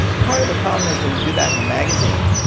part of the problem is when you do that and magazine,